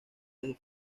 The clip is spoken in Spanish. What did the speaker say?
desde